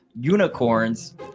unicorns